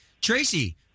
Tracy